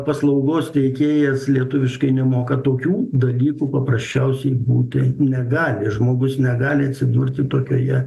paslaugos teikėjas lietuviškai nemoka tokių dalykų paprasčiausiai būti negali žmogus negali atsidurti tokioje